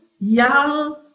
young